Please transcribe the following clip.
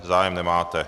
Zájem nemáte.